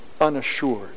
unassured